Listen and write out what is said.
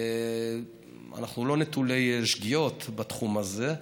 אנחנו לא נטולי שגיאות בתחום הזה.